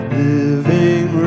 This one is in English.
living